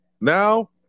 now